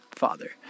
Father